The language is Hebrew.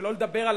שלא לדבר על